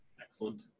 Excellent